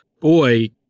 boy